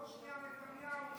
כל שנייה נתניהו?